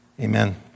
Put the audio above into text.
Amen